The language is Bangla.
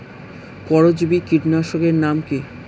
পরজীবী কীটনাশকের নাম কি?